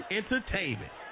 entertainment